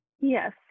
Yes